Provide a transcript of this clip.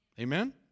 Amen